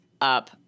up